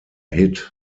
hit